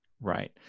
Right